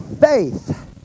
faith